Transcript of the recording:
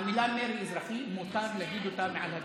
את המילים "מרי אזרחי" מותר להגיד מעל הדוכן.